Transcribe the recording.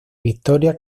victoria